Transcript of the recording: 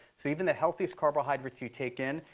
so even the healthiest carbohydrates you take in,